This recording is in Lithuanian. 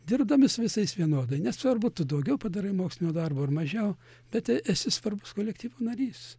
dirbdami su visais vienodai nesvarbu tu daugiau padarai mokslinio darbo ar mažiau bet esi svarbus kolektyvo narys